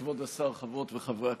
כבוד השר, חברות וחברי הכנסת,